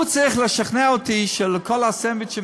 הוא צריך לשכנע אותי שלכל הסנדוויצ'ים